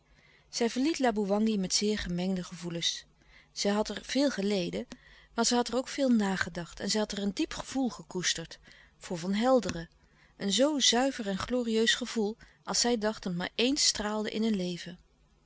zij verliet laboewangi met zeer gemengde gevoelens zij had er veel geleden maar zij had er ook veel nagedacht en zij had er een diep gevoel gekoesterd voor van helderen een zoo zuiver en glorieus gevoel als zij dacht dat maar éens straalde in een leven